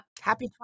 Happy